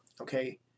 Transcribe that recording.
Okay